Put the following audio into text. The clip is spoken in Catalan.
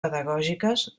pedagògiques